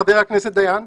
חבר הכנסת דיין,